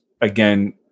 again